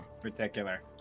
particular